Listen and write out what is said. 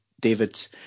David